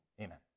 Amen